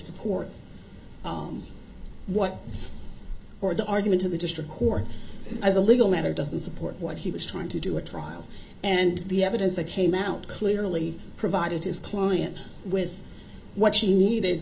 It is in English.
support what or the argument of the district court as a legal matter doesn't support what he was trying to do at trial and the evidence that came out clearly provided his client with what she needed